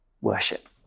worship